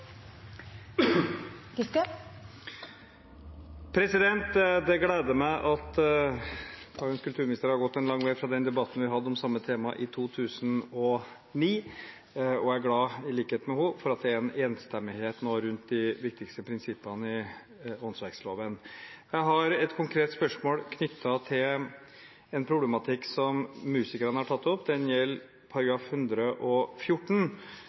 replikkordskifte. Det gleder meg at dagens kulturminister har gått en lang vei fra den debatten vi hadde om det samme temaet i 2009, og jeg er – i likhet med henne – glad for at det nå er enstemmighet rundt de viktigste prinsippene i åndsverkloven. Jeg har et konkret spørsmål knyttet til en problematikk som musikerne har tatt opp. Det gjelder § 114,